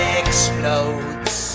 explodes